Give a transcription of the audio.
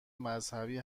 مذهبی